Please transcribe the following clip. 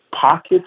pockets